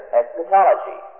eschatology